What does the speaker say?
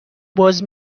باز